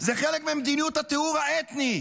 זה חלק ממדיניות הטיהור האתני.